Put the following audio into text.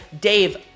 Dave